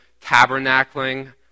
tabernacling